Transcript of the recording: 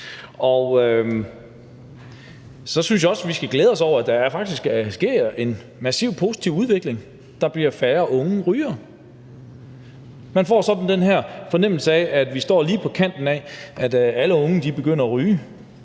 Og så synes jeg også, at vi skal glæde os over, at der faktisk sker en massivt positiv udvikling: Der bliver færre unge rygere. Man får sådan den her fornemmelse af, at vi står lige på kanten af, at alle unge begynder at ryge,